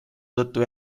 tõttu